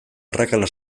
arrakala